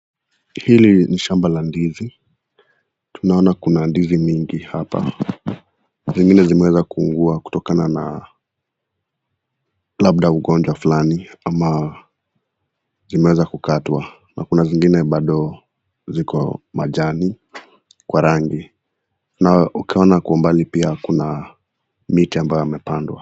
Hiii ni shamba la ndizi. Tunaona kuna ndizi mingi hapa, zingine zimeweza kuungua kutokana na ladba ugonjwa flani ama zimeweza kukatwa na kuna zingine bado ziko majani kwa rangi na ukaona kwa umbali pia kuna miti ambayo yamepandwa.